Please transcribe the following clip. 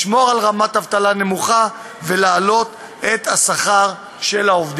לשמור על רמת אבטלה נמוכה ולהעלות את שכר העובדים.